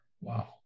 Wow